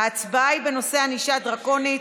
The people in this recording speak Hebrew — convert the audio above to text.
ההצבעה היא בנושא ענישה דרקונית.